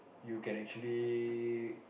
you can actually